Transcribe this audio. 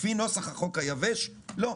לפי נוסח החוק היבש לא.